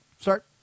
start